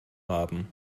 haben